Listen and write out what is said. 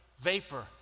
vapor